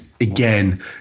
again